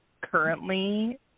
currently